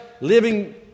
Living